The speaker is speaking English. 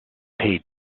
paid